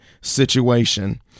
situation